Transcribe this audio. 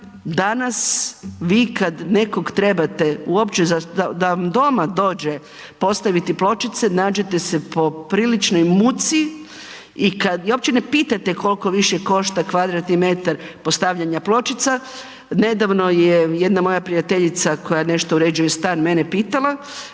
danas vi kad nekoga trebate uopće da vam doma dođe postaviti pločice nađete se po priličnoj muci i kad, uopće ne pitate koliko više košta m2 postavljanja pločica, nedavno je jedna moja prijateljica koja nešto uređuje stan mene pitala.